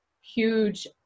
huge